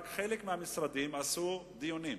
כי רק חלק מהמשרדים קיימו דיונים.